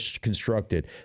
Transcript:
constructed